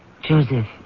Joseph